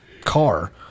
car